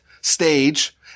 stage